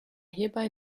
hierbei